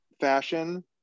fashion